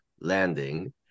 landing